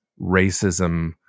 racism